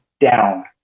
down